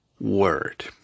word